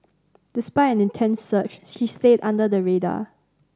despite an intense search she stayed under the radar